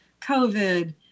COVID